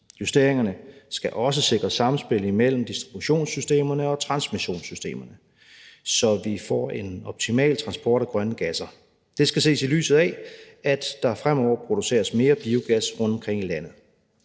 Justeringerne skal også sikre samspil imellem distributionssystemerne og transmissionssystemerne, så vi får en optimal transport af grønne gasser. Det skal ses i lyset af, at der fremover produceres mere biogas rundtomkring i landet.